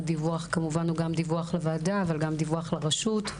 כמובן שהדיווח הוא גם דיווח לוועדה אבל גם דיווח לרשות,